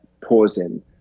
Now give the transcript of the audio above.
pausing